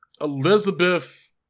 Elizabeth